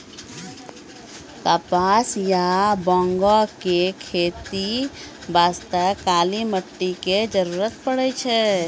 कपास या बांगो के खेती बास्तॅ काली मिट्टी के जरूरत पड़ै छै